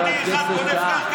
אתה מכיר יהודי אחד שגונב קרקע?